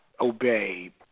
obey